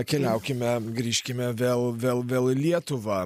keliaukime grįžkime vėl vėl vėl į lietuvą